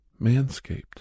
Manscaped